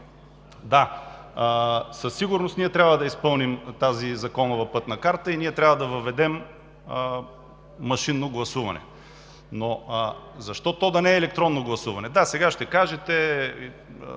Да, със сигурност ние трябва да изпълним тази законова пътна карта и трябва да въведем машинно гласуване. Защо обаче то да не е електронно гласуване? Да, сега ще кажете: